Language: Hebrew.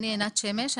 מנהלת